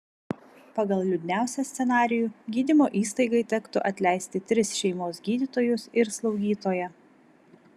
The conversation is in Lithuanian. pagal liūdniausią scenarijų gydymo įstaigai tektų atleisti tris šeimos gydytojus ir slaugytoją